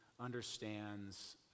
understands